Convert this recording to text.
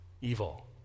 evil